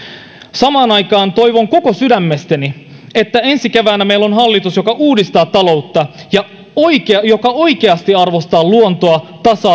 samaan aikaan toivon koko sydämestäni että ensi keväänä meillä on hallitus joka uudistaa taloutta joka oikeasti arvostaa luontoa tasa